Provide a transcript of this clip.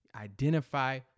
Identify